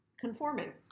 conforming